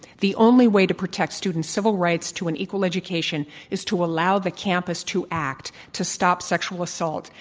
the only way to protect students' civil rights to an equal education is to allow the campus to act, to stop sexual assault,